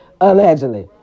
Allegedly